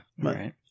right